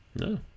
No